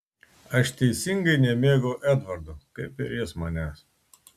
aš teisingai nemėgau edvardo kaip ir jis manęs